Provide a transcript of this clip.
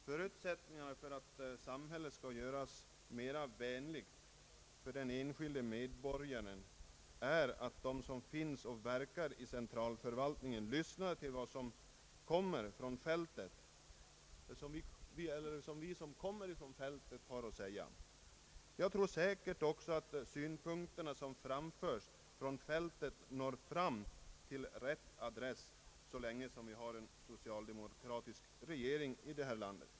Förutsättningarna för att samhället skall göras mera vänligt för den enskilde medborgaren är att de som finns och verkar i centralförvaltningen lyssnar till vad vi som kommer från fältet har att säga. Jag tror säkert också att de synpunkter som framförs från fältet når fram till rätt adress så länge vi har en socialdemokratisk regering i detta land.